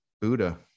Buddha